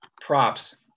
Props